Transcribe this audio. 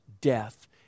death